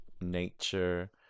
nature